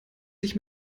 sich